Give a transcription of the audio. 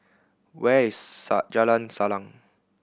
where is Jalan Salang